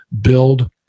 build